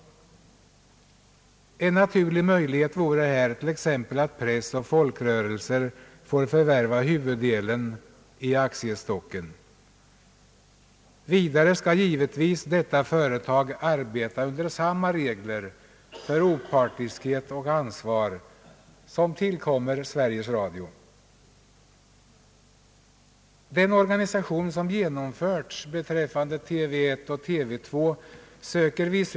En naturlig möjlighet vore t.ex. att press och folkrörelser får förvärva huvuddelen av aktiestocken. Vidare skall detta företag givetvis arbeta efter samma regler för opartiskhet och ansvar som tillkommer Sveriges Radio.